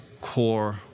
core